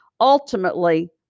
Ultimately